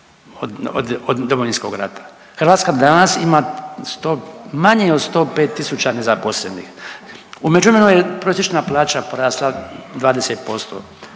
od Domovinskog rata. Hrvatska danas ima 100, manje od 105.000 nezaposlenih. U međuvremenu je prosječna plaća porasla 20%,